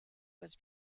was